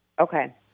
Okay